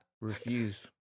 Refuse